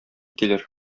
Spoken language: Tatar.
килер